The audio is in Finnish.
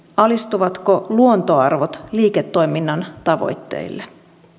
alistuvatko luontoarvot liiketoiminnan tavoitteille